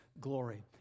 glory